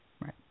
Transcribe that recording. right